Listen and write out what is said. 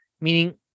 meaning